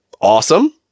Awesome